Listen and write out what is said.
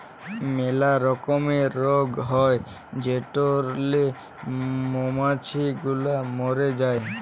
ম্যালা রকমের রগ হ্যয় যেটরলে মমাছি গুলা ম্যরে যায়